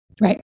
Right